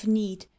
need